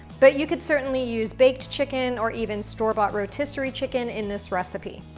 but you could certainly use baked chicken, or even store bought rotisserie chicken in this recipe.